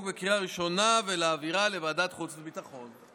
בקריאה ראשונה ולהעבירה לוועדת החוץ והביטחון.